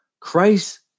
Christ